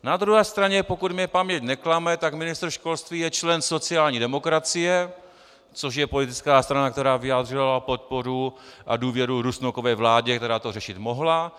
Na druhé straně, pokud mě paměť neklame, tak ministr školství je člen sociální demokracie, což je politická strana, která vyjádřila podporu a důvěru Rusnokově vládě, která to řešit mohla.